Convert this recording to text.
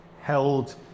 held